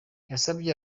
yasabye